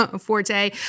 forte